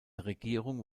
regierung